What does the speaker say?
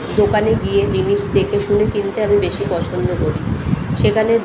দোকানে গিয়ে জিনিস দেখে শুনে কিনতে আমি বেশি পছন্দ করি সেখানে